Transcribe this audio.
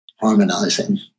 harmonizing